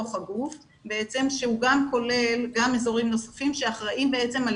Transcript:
מתוך הגוף שהוא גם כולל אזורים נוספים שאחראים על